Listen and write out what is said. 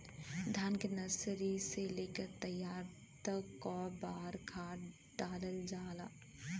धान के नर्सरी से लेके तैयारी तक कौ बार खाद दहल जाला?